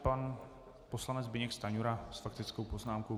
Pan poslanec Zbyněk Stanjura s faktickou poznámkou.